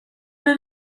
med